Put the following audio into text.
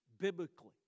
Biblically